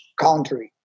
country